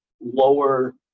lower